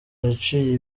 yaciye